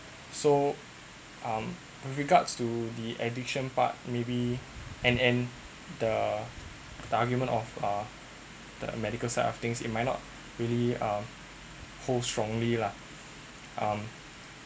so um with regards to the addiction part maybe and and the the argument of uh the medical side of things it might not really uh hold strongly lah um